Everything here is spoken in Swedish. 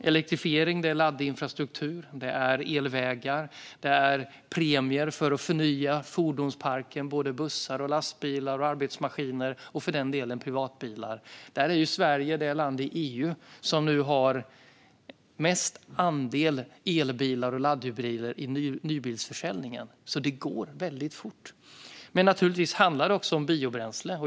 Elektrifiering är laddinfrastruktur, elvägar och premier för att förnya fordonsparken - både bussar och lastbilar, arbetsmaskiner och för den delen privatbilar. Sverige är det land i EU som nu har störst andel elbilar och laddhybrider i nybilsförsäljningen, så det går fort. Naturligtvis handlar det också om biobränsle.